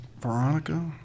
veronica